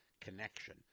connection